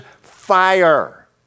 fire